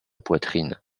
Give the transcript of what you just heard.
poitrine